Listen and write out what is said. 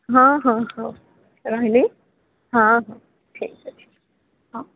ହଁ ହଁ ହଉ ରହିଲି ହଁ ହଁ ଠିକ୍ ଅଛି ହଁ